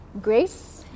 grace